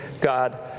God